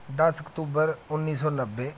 ਦਸ ਅਕਤੂਬਰ ਉੱਨੀ ਸੌ ਨੱਬੇ